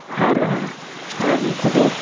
ᱦᱟᱨᱟᱜᱼᱟ ᱟᱨ ᱱᱩᱠᱩ ᱫᱚ